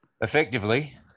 effectively